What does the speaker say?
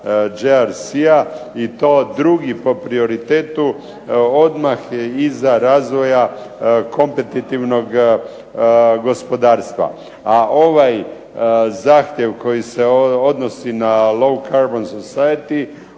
GRC-a i to drugi po prioritetu odmah iza razvoja kompetitivnog gospodarstva. A ovaj zahtjev koji se odnosi na low carbon society